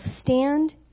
stand